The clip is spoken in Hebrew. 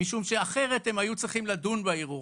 משום שאחרת הם היו צריכים לדון בערעור.